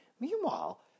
meanwhile